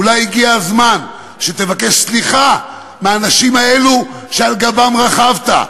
ואולי הגיע הזמן שתבקש סליחה מהאנשים האלה שעל גבם רכבת,